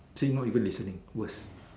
see not even listening worse